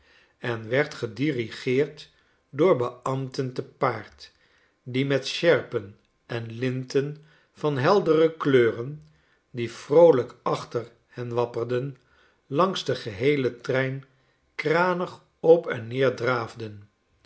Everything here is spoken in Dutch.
en werd gedirigeerd door beambten te paard die met sjerpen en linten van heldere kleuren die vroolyk achter hen wapperden langs den geheejen trein kranig op en neer draafden